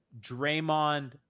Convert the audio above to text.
draymond